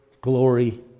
glory